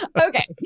Okay